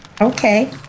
Okay